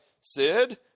Sid